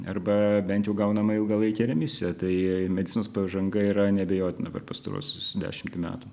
arba bent jau gaunama ilgalaikė remisija tai medicinos pažanga yra neabejotina per pastaruosius dešimt metų